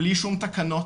בלי שום תקנות.